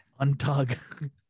untug